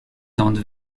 tente